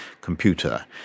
computer